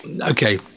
okay